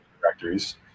directories